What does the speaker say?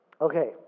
Okay